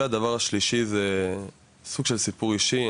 הדבר השלישי הוא סוג של סיפור אישי.